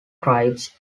tribes